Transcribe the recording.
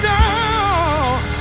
now